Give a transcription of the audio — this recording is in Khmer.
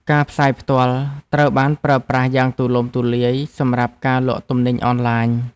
ការផ្សាយផ្ទាល់ ត្រូវបានប្រើប្រាស់យ៉ាងទូលំទូលាយសម្រាប់ការលក់ទំនិញអនឡាញ។